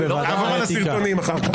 נעבור על הסרטונים אחר כך.